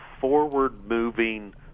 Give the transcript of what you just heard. forward-moving